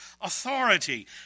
authority